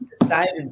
decided